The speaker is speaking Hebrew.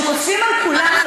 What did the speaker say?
שכופים על כולם,